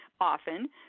often